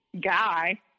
guy